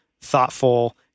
thoughtful